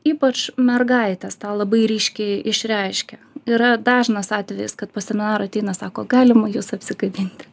ypač mergaitės tą labai ryškiai išreiškia yra dažnas atvejis kad po seminaro ateina sako galima jus apsikabinti